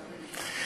שר השיכון.